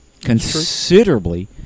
considerably